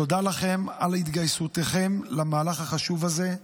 תודה לכם על התגייסותכם למהלך החשוב הזה,